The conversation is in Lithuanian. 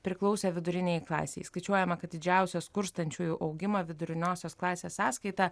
priklausę vidurinei klasei skaičiuojama kad didžiausia skurstančiųjų augimą viduriniosios klasės sąskaita